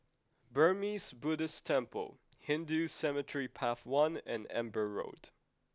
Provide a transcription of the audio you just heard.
Burmese Buddhist Temple Hindu Cemetery Path one and Amber Road